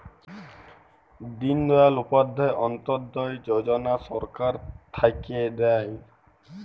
দিন দয়াল উপাধ্যায় অন্ত্যোদয় যজনা সরকার থাক্যে দেয়